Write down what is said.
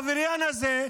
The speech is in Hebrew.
העבריין הזה,